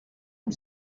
amb